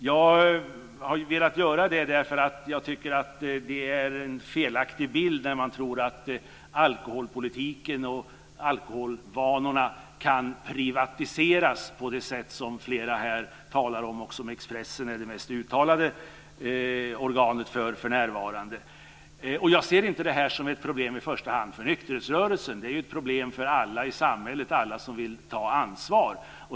Jag har velat göra det därför att jag tycker att det är en felaktig bild när man tror att alkoholpolitiken och alkoholvanorna kan privatiseras på det sätt som flera här talar om och som Expressen för närvarande är det mest uttalade organet för. Jag ser inte det här som ett problem i första hand för nykterhetsrörelsen. Det är ett problem för alla i samhället som vill ta ansvar.